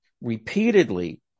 repeatedly